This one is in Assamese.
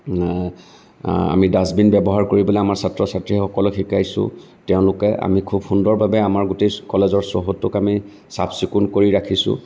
আমি ডাষ্টবিন ব্যৱহাৰ কৰি পেলাই আমাৰ ছাত্ৰ ছাত্ৰীসকলক শিকাইছোঁ তেওঁলোকে আমি খুব সুন্দৰকৈ আমি গোটেই কলেজৰ চৌহদটোক আমি চাফচিকুণ কৰি ৰাখিছোঁ